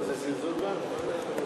זה זלזול בנו.